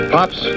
Pops